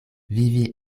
vivi